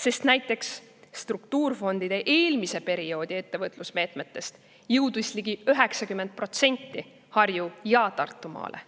sest näiteks struktuurfondide eelmise perioodi ettevõtlusmeetmetest jõudis ligi 90% Harju‑ ja Tartumaale.